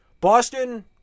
Boston